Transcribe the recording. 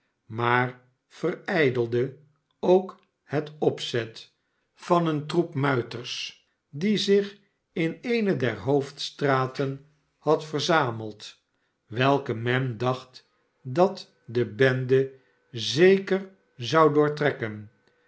maar verijdelde ook het opzet van een troep muiters die zich in eene ier hoofdstraten had verzameld welke men dacht dat de bende zeker zou doortrekken